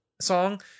song